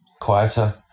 quieter